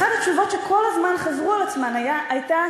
אחת התשובות שכל הזמן חזרה על עצמה הייתה,